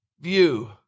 view